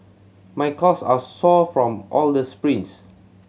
my calves are sore from all the sprints